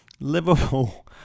Liverpool